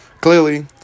Clearly